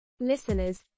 Listeners